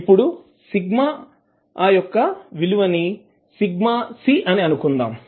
ఇప్పుడు సిగ్మా యొక్క విలువ సిగ్మా c అని అనుకుందాం